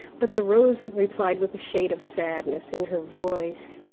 but the rose replied with a shade of sadness in her voice,